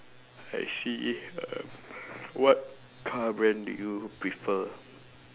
I see what car brand do you prefer